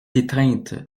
étreinte